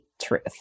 truth